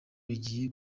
bigiye